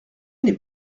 n’est